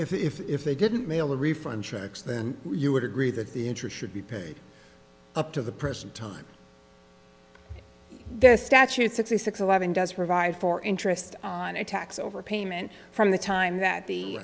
marry if they didn't mail a refund checks then you would agree that the interest should be paid up to the present time the statute sixty six eleven does provide for interest on a tax overpayment from the time that the